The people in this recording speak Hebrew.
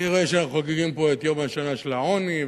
אני רואה שאנחנו חוגגים פה את יום השנה של העוני,